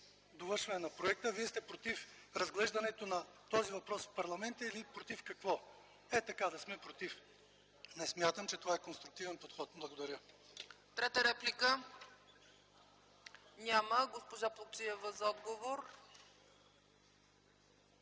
довършването на проекта, вие сте против разглеждането на този въпрос в парламента или против какво?! Хей така, да сме „против”. Не смятам, че това е конструктивен подход. Благодаря. ПРЕДСЕДАТЕЛ ЦЕЦКА ЦАЧЕВА: Трета реплика? Няма. Госпожа Плугчиева – за отговор.